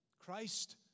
Christ